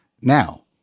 now